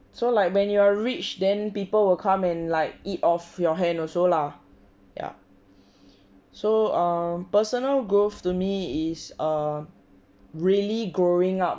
so like when you are rich then people will come and like eat off your hand also lah ya so err personal growth to me is a really growing up